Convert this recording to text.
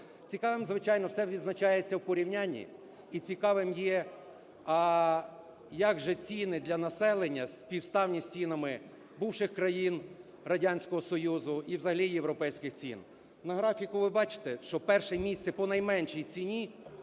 Цікавим, звичайно – все визначається у порівнянні, – і цікавим є, а як же ціни для населення співставні з цінами бувших країн Радянського Союзу і взагалі європейських цін? На графіку ви бачите, що перше місце по найменшій ціні